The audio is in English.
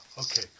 okay